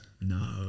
no